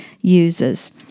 uses